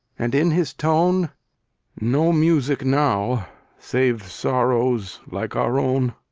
and in his tone no music now save sorrow's, like our own,